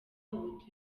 ubu